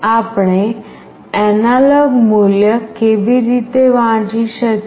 આપણે એનાલોગ મૂલ્ય કેવી રીતે વાંચી શકીએ